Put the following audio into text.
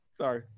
Sorry